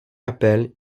appel